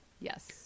yes